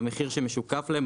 במחיר שמשוקף להם,